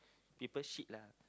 people shit lah